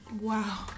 Wow